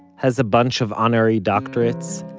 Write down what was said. has a bunch of honorary doctorates,